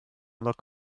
look